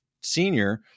Senior